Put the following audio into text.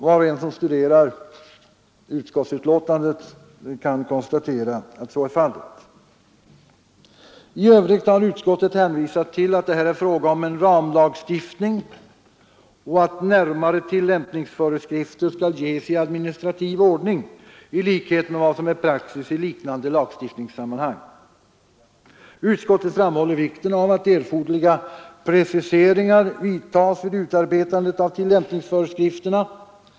Var och en som studerar utskottsbetänkandet kan konstatera att så är fallet. I övrigt har utskottet hänvisat till att det här är fråga om en ramlagstiftning och att närmare tillämpningsföreskrifter skall ges i administrativ ordning i likhet med vad som är praxis i liknande lagstiftningssammanhang. Utskottet framhåller vikten av att erforderliga preciseringar vidtas vid utarbetandet av tillämpningsföreskrifterna.